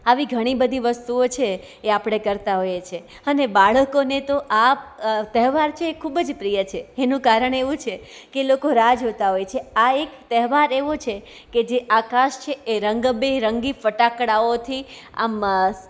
આવી ઘણી બધી વસ્તુઓ છે એ આપણે કરતા હોઈએ છે અને બાળકોને તો આ તહેવાર છે એ ખૂબ જ પ્રિય છે એનું કારણ એવું છે કે લોકો રાહ જોતાં હોય છે આ એક તહેવાર એવો છે કે જે આકાશ છે એ રંગબેરંગી ફટકડાઓથી આમ